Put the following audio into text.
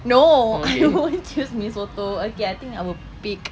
no I won't choose mee soto okay I think I will pick